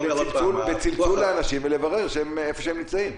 צלצול לאנשים כדי לברר איפה הם נמצאים.